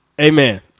Amen